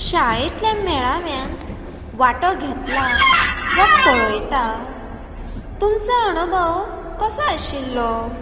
शाळेंतल्या मेळाव्यान वांटो घेतला वा पळयता तुमचो अणुभव कसो आशिल्लो